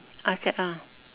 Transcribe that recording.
ask that ah